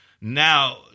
Now